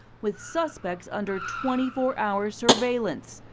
with suspects under twenty four hour surveillance.